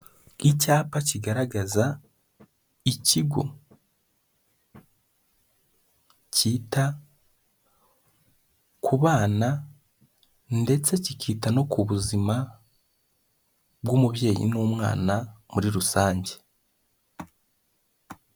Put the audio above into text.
Icyapa kigaragaza ikigo cyita ku bana ndetse kikita no ku buzima bw'umubyeyi n'umwana muri rusange.